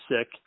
sick